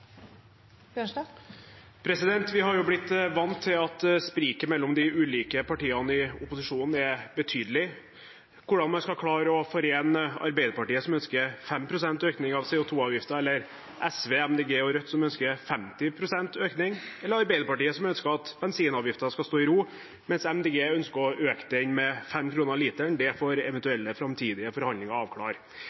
gjort. Vi har jo blitt vant til at spriket mellom de ulike partiene i opposisjonen er betydelig. Hvordan man skal klare å forene Arbeiderpartiet, som ønsker 5 pst. økning av CO 2 -avgiften, med SV, MDG og Rødt, som ønsker 50 pst. økning, eller Arbeiderpartiet, som ønsker at bensinavgiften skal stå i ro, med MDG, som ønsker å øke den med 5 kr per liter, får eventuelle framtidige